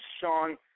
Sean